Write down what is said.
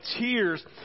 tears